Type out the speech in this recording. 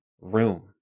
room